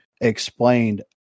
explained